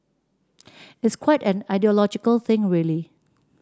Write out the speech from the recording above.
it's quite an ideological thing really